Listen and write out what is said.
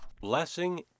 Blessing